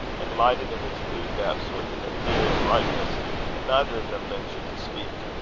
and lighted in its blue depths with an ethereal brightness and neither of them ventured to speak.